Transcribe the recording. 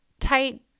tight